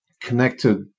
connected